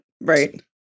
Right